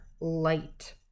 light